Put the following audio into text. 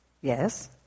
yes